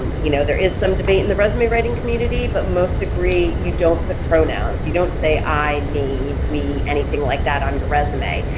you know, there is some debate in the resume writing community but most agree you don't put pronouns, you don't say i, me, we, anything like that on your resume,